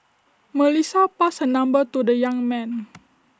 Melissa passed her number to the young man